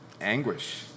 anguish